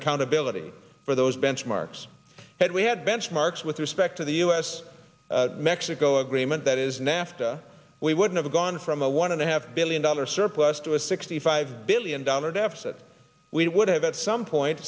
accountability for those benchmarks that we had benchmarks with respect to the us mexico agreement that is nafta we wouldn't have gone from a one and a half billion dollar surplus to a sixty five billion dollar deficit we would have at some point